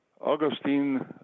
Augustine